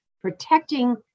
protecting